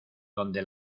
donde